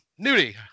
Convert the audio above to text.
Nudie